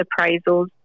appraisals